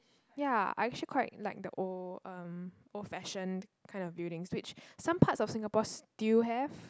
ya I actually quite like the old um old fashioned kind of building which some parts of Singapore still have